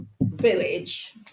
village